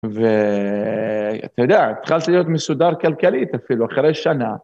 ואתה יודע, התחלתי להיות מסודר כלכלית אפילו, אחרי שנה.